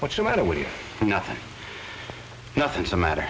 what's the matter with you nothing nothing so matter